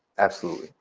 absolutely.